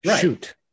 Shoot